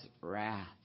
wrath